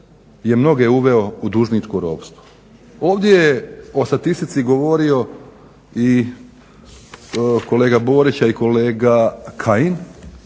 je mnoge uveo u dužničko ropstvo. Ovdje je o statistici govorio i kolega Borić a i kolega Kajin